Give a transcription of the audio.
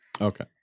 Okay